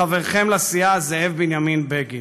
חברכם לסיעה זאב בנימין בגין.